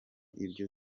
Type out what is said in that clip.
ibyo